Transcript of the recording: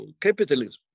capitalism